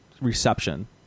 reception